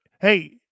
Hey